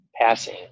passing